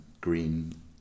green